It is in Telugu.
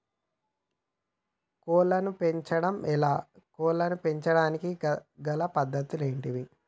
కోళ్లను పెంచడం ఎలా, కోళ్లను పెంచడానికి గల పద్ధతులు ఏంటివి?